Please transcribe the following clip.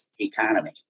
economy